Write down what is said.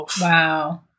Wow